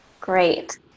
Great